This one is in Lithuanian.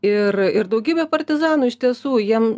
ir ir daugybė partizanų iš tiesų jiem